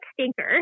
Stinker